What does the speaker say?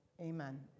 Amen